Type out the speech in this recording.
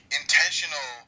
intentional